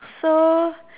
so